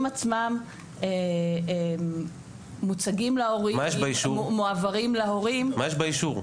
עצמם מוצגים להורים או מועברים להורים --- מה יש באישור?